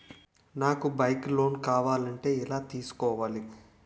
నాకు bike loan కావాలంటే ఎలా తీసుకోవాలి?